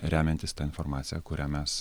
remiantis ta informacija kurią mes